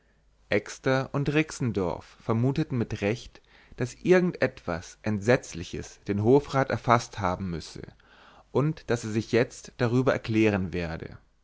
exter und rixendorf vermuteten mit recht daß irgend etwas entsetzliches den hofrat erfaßt haben müsse und daß er sich jetzt darüber erklären werde